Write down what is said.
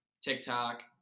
TikTok